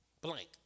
blank